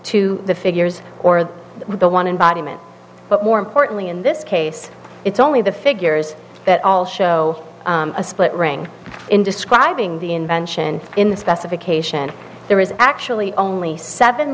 to the figures or the one in body mint but more importantly in this case it's only the figures that all show a split ring in describing the invention in the specification there is actually only seven